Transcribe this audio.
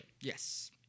Yes